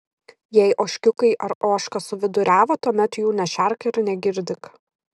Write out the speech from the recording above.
jei ožkiukai ar ožka suviduriavo tuomet jų nešerk ir negirdyk